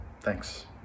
Thanks